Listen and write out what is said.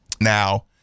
Now